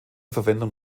verwendung